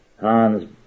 Hans